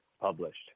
published